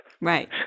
Right